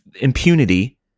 impunity